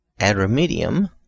Adramidium